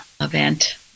event